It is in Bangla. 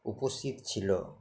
উপস্থিত ছিল